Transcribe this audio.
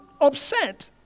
upset